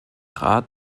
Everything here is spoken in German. rat